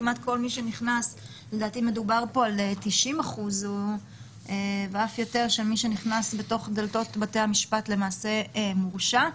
כי לדעתי יותר מ-90% ממי שנכנס בדלתות בתי המשפט מורשע.